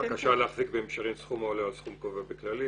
בקשה להחזיק בסכום העולה על הסכום הקבוע בכללים,